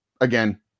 again